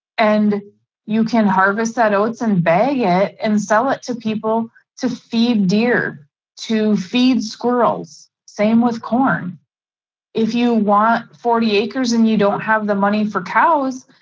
and you can harvest that oats and bay it and sell it to people to feed deer to feed squirrels. same with corn if you want, forty acres and you don't have the money for cows,